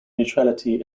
neutrality